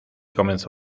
comenzó